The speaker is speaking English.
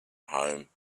home